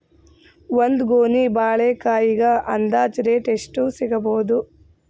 ಒಂದ್ ಗೊನಿ ಬಾಳೆಕಾಯಿಗ ಅಂದಾಜ ರೇಟ್ ಎಷ್ಟು ಸಿಗಬೋದ?